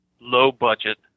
low-budget